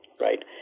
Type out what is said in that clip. right